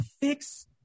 Fix